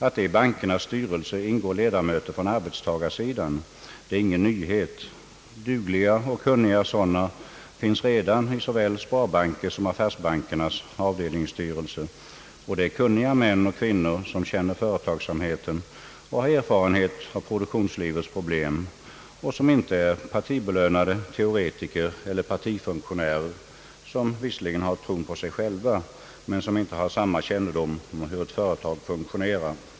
Att det i bankernas styrelser ingår 1edamöter från arbetstagarsidan är ingen nyhet. Dugliga och kunniga sådana finns redan i såväl sparbanksstyrelserna som affärsbankernas avdelningsstyrelser. Och det är fråga om kunniga män och kvinnor, som känner företagsamheten och har erfarenhet av produktionslivets problem — inte partibelönade teoretiker eller partifunktionärer som visserligen har tron på sig själva men som inte har samma kännedom om hur ett företag fungerar.